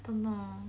don't know